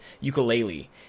Ukulele